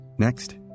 Next